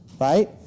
right